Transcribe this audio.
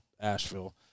Asheville